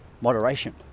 moderation